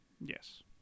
Yes